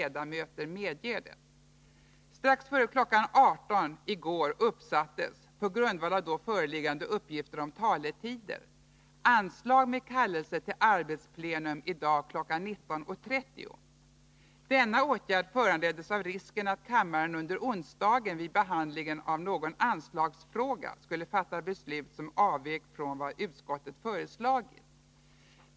19.30. Denna åtgärd föranleddes av risken att kammaren under onsdagen vid behandlingen av någon anslagsfråga skulle fatta beslut som avvek från vad utskottet föreslagit.